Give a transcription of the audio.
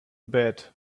bed